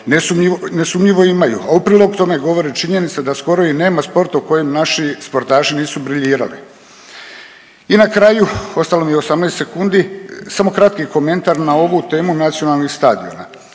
nesumnjivo imaju, a u prilog tome govori činjenica skoro i nema sporta u kojem naši sportaši nisu briljirali. I na kraju, ostalo mi je 18 sekundi, samo kratki komentar na ovu temu nacionalnih stadiona.